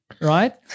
Right